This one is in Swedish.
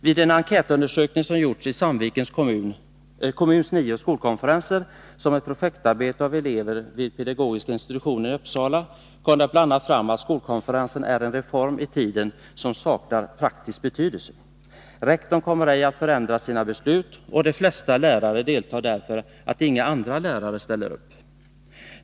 Vid en enkätundersökning som gjorts i Sandvikens kommuns nio skolkonferenser som ett projektarbete av elever vid pedagogiska institutionen i Uppsala kom det bl.a. fram att skolkonferensen är en reform i tiden men saknar praktisk betydelse. Rektorn kommer ej att förändra sina beslut, och de flesta lärare som deltar gör det därför att inga andra lärare ställer upp.